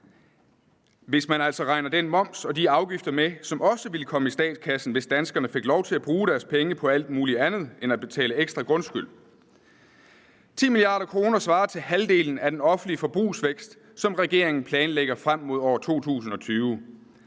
hvis man altså regner den moms og de afgifter med, som også ville komme i statskassen, hvis danskerne fik lov til at bruge deres penge på alt muligt andet end at betale ekstra grundskyld. 10 mia. kr. svarer til halvdelen af den offentlige forbrugsvækst, som regeringen planlægger frem mod 2020.